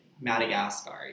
Madagascar